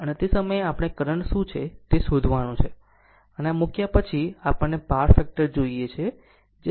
આમ તે સમયે આપણે કરંટ શું છે તે શોધવાનું છે અને આ મૂક્યા પછી આપણને તે પાવર ફેક્ટર જોઈએ છે 0